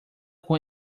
con